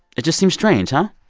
it just seems strange, huh?